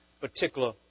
particular